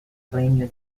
regno